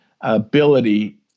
ability